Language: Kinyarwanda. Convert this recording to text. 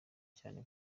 cyane